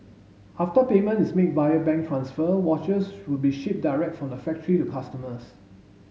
after payment is made via bank transfer watches would be shipped direct from the factory to customers